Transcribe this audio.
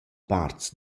parts